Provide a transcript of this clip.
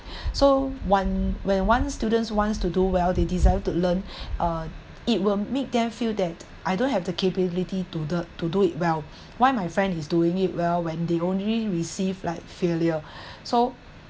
so one when one students wants to do well they desire to learn uh it will make them feel that I don't have the capability to the to do it well why my friend is doing it well when they only received like failure so